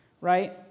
right